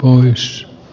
oh as